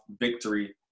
victory